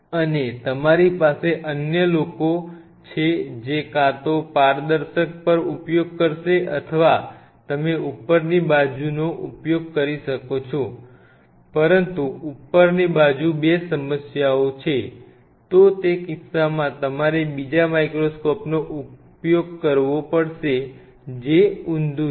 અને તમારી પાસે અન્ય લોકો છે જે કાં તો પારદર્શક પર ઉપયોગ કરશે અથ વા તમે ઉપરની બાજુનો ઉપયોગ કરી શકો છો પરંતુ ઉપરની બાજુ બે સમસ્યાઓ છે તો તે કિસ્સામાં તમારે બીજા માઇક્રોસ્કોપનો ઉપયોગ કરવો પડશે જે ઉંધું છે